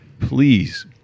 please